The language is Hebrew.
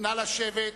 נא לשבת.